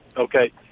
Okay